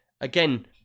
again